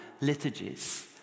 liturgies